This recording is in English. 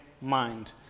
mind